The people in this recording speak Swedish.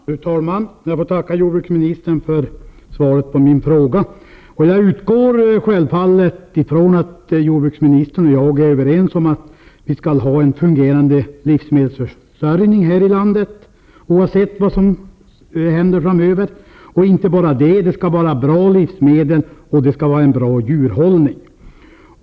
Fru talman! Jag får tacka jordbruksministern för svaret på min fråga. Jag utgår från att jordbruksministern och jag är överens om att vi skall ha en fungerande livsmedelsförsörjning i landet oavsett vad som händer framöver. Det skall också vara bra livsmedel och en bra djurhållning.